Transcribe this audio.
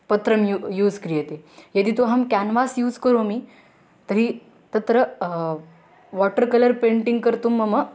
पत्रं यू यूस् क्रियते यदि तु अहं केन्वास् यूस् करोमि तर्हि तत्र कलर् पेण्टिङ्ग् कर्तुं मम